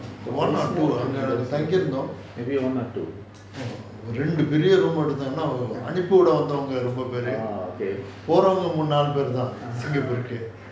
one or two the அங்க தங்கி இருந்தோம் ரெண்டு பெரிய:anga thangi irunthom rendu periya room எடுத்தோம் ஆனுப்பிவிட போறவங்க ரொம்ப பெரிய பேரு போறவங்க நாலு பேரு தான்:eduthom aanupivida poravanga romba periya peru poravanga naalu peru thaan singapore கு:ku